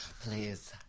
please